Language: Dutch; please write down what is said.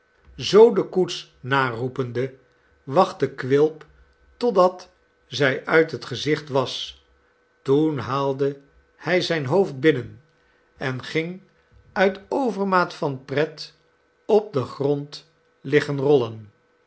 zoo de koets naroepende wachtte quilp totdat zij uit het gezicht was toen haalde hy zijn hoofd binnen en ging uit overmaat van pret op den grond liggen